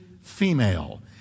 female